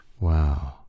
Wow